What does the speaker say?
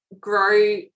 grow